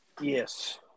Yes